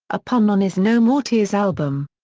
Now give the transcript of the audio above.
a pun on his no more tears album.